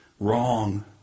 Wrong